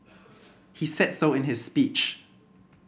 he said so in his speech